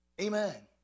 Amen